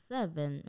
Seven